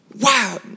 wow